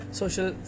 social